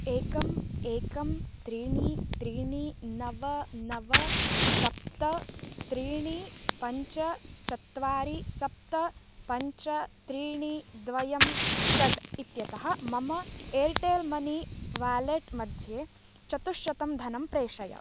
एकम् एकं त्रीणि त्रीणि नव नव सप्त त्रीणि पञ्च चत्वारि सप्त पञ्च त्रीणि द्वयं षट् इत्यतः मम एर्टेल् मनी वेलेट् मध्ये चतुश्शतं धनं प्रेषय